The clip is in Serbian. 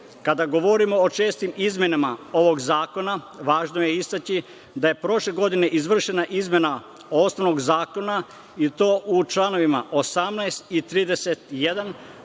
Kada govorimo o čestim izmenama ovog zakona, važno je istaći da je prošle godine izvršena izmena osnovnog zakona, i to u članovima 18. i 31.